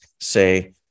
say